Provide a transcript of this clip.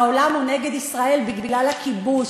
העולם הוא נגד ישראל בגלל הכיבוש.